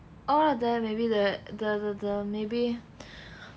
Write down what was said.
all of them maybe the the the maybe